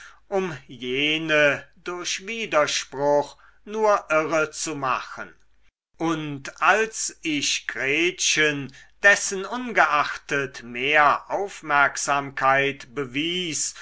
um jene durch widerspruch nur irrezumachen und als ich gretchen dessenungeachtet mehr aufmerksamkeit bewies